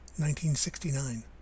1969